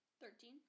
Thirteen